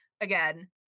again